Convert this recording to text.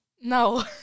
no